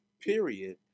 period